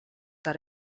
that